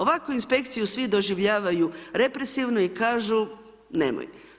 Ovako inspekciju svi doživljavaju represivno i kažu nemoj.